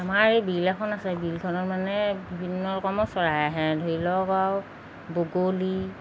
আমাৰ এই বিল এখন আছে বিলখনত মানে বিভিন্ন ৰকমৰ চৰাই আহে ধৰি লওক আৰু বগলী